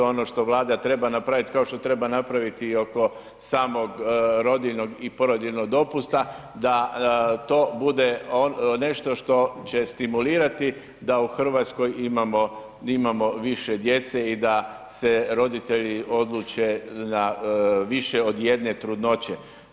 Ono što Vlada treba napravit, kao što treba napraviti i oko samog rodiljnog i porodiljnog dopusta da to bude nešto što će stimulirati da u RH imamo, imamo više djece i da se roditelji odluče na više od jedne trudnoće.